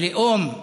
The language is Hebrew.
הלאום.